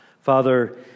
Father